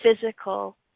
physical